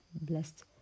blessed